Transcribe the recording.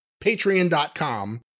Patreon.com